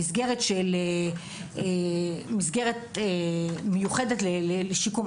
במסגרת מיוחדת לשיקום.